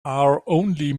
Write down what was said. only